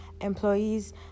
employees